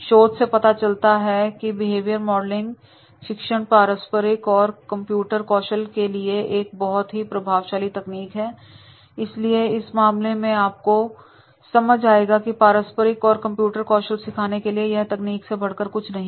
शोध से पता चलता है कि बिहेवियर मॉडलिंग शिक्षण पारस्परिक और कंप्यूटर कौशल के लिए एक बहुत ही प्रभावशाली तकनीक है इसलिए इस मामले में आपको समझ आएगा की पारस्परिक और कंप्यूटर कौशल सिखाने के लिए यह तकनीक से बढ़कर कुछ नहीं है